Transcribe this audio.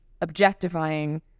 objectifying